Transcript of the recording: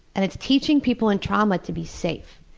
and it's teaching people in trauma to be safe.